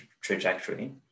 trajectory